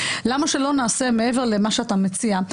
מעבר למה שאתה מציע,